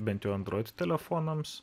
bent jau android telefonams